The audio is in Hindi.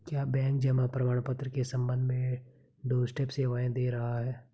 क्या बैंक जमा प्रमाण पत्र के संबंध में डोरस्टेप सेवाएं दे रहा है?